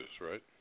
right